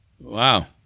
wow